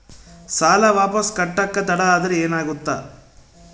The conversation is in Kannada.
ಸಾಲ ವಾಪಸ್ ಕಟ್ಟಕ ತಡ ಆದ್ರ ಏನಾಗುತ್ತ?